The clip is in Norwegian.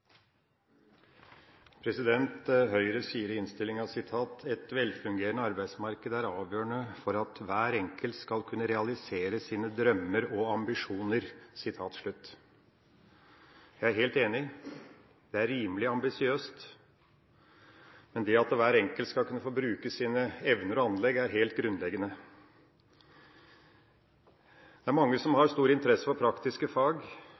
avgjørende for at hver enkelt skal kunne realisere sine drømmer og ambisjoner.» Jeg er helt enig – det er rimelig ambisiøst. Men det at hver enkelt skal få bruke sine evner og anlegg, er helt grunnleggende. Det er mange som har stor interesse for praktiske fag,